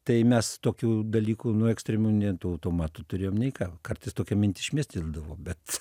tai mes tokių dalykų nu ekstremių nei tų automatų turėjom nei ką kartais tokia mintis šmėsteldavo bet